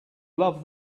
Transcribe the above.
love